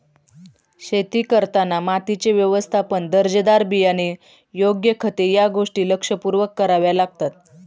शेती करताना मातीचे व्यवस्थापन, दर्जेदार बियाणे, योग्य खते या गोष्टी लक्षपूर्वक कराव्या लागतात